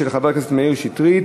של חבר הכנסת מאיר שטרית.